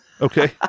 Okay